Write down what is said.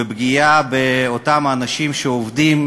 בפגיעה באותם האנשים שעובדים,